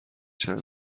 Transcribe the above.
چند